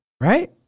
Right